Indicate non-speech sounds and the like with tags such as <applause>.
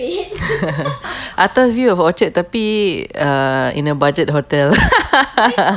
<laughs> atas view of orchard tapi err in a budget hotel <laughs>